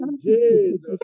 Jesus